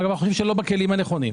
אגב, אנחנו חושבים שלא בכלים הנכונים.